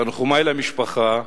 תנחומי למשפחה,